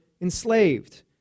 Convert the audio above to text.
enslaved